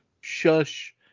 Shush